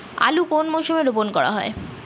আলু কোন মরশুমে রোপণ করা হয়?